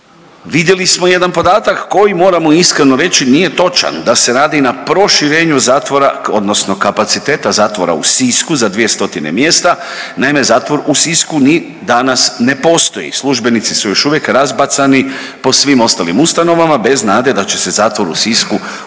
Vidjeli smo jedan podatak koji moramo iskreno reći nije točan, da se radi na proširenju zatvora odnosno kapaciteta zatvora u Sisku za 200 mjesta. Naime, zatvor u Sisku ni danas ne postoji, službenici su još uvijek razbacani po svim ostalim ustanovama bez nade da će se zatvor u Sisku